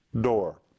door